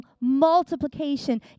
multiplication